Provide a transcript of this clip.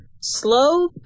slow